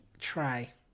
try